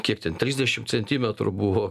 kiek ten trisdešim centimetrų buvo